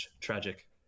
tragic